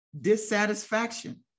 dissatisfaction